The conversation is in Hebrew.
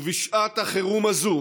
ובשעת החירום הזאת